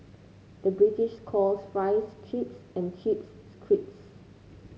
the British calls fries chips and chips crisps